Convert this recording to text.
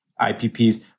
IPPs